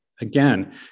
Again